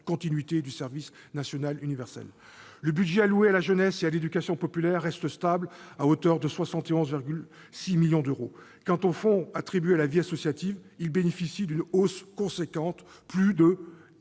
continuité du service national universel. Le budget alloué à la jeunesse et à l'éducation populaire reste stable, à hauteur de 71,6 millions d'euros. Quant aux fonds attribués à la vie associative, ils bénéficient d'une hausse substantielle